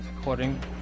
according